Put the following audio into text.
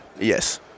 Yes